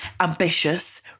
ambitious